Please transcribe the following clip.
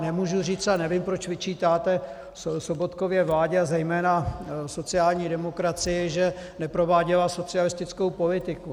Nemůžu říct, a nevím, proč vyčítáte Sobotkově vládě a zejména sociální demokracii, že neprováděla socialistickou politiku.